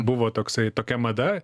buvo toksai tokia mada